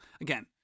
again